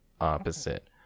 opposite